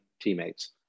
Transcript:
teammates